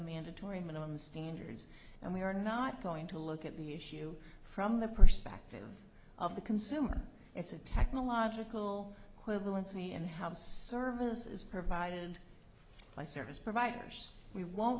mandatory minimum standards and we are not going to look at the issue from the perspective of the consumer it's a technological quibble it's me and how service is provided by service providers we won't